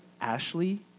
Ashley